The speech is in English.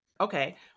okay